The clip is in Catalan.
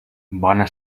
bona